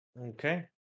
Okay